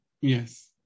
yes